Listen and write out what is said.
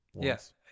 Yes